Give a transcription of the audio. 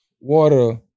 water